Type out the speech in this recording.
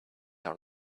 are